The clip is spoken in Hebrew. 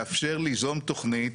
לאפשר ליזום תוכנית,